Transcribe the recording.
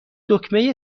دکمه